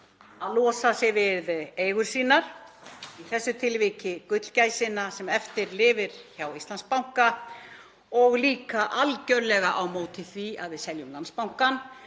að losa sig við eigur sínar, í þessu tilviki gullgæsina sem eftir lifir hjá Íslandsbanka, og líka algerlega á móti því að við seljum Landsbankann